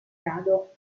rado